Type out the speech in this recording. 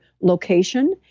location